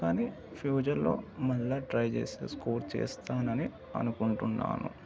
కానీ ఫ్యూచర్లో మళ్ళీ ట్రై చేస్తే స్కోర్ చేస్తానని అనుకుంటున్నాను